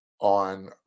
on